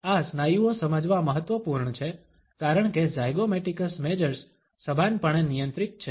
આ સ્નાયુઓ સમજવા મહત્વપૂર્ણ છે કારણ કે ઝાયગોમેટિકસ મેજર્સ સભાનપણે નિયંત્રિત છે